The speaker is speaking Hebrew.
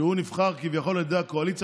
הוא נבחר כביכול על ידי הקואליציה,